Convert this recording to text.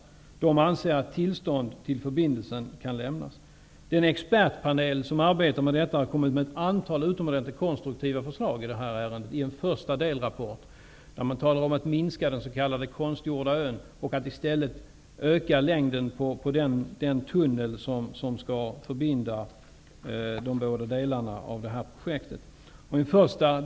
Naturvårdsverket anser att man kan lämna tillstånd till en förbindelse. Den expertpanel som arbetar med denna fråga har kommit med ett antal utomordentligt konstruktiva förslag i en första delrapport. De talar om att man skall minska den s.k. konstgjorda ön och i stället öka längden på den tunnel som skall förbinda de båda delarna av det här projektet.